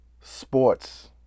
sports